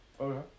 okay